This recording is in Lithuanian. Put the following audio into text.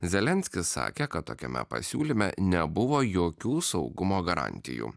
zelenskis sakė kad tokiame pasiūlyme nebuvo jokių saugumo garantijų